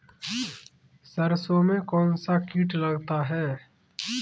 सरसों में कौनसा कीट लगता है?